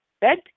bed